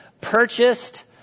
purchased